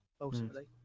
ultimately